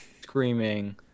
screaming